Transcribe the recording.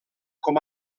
com